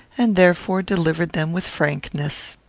and therefore delivered them with frankness.